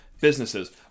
businesses